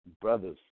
brothers